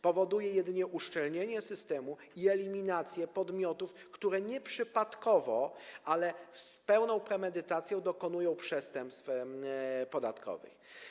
Powoduje jedynie uszczelnienie systemu i eliminację podmiotów, które nie przypadkowo, ale z pełną premedytacją dokonują przestępstw podatkowych.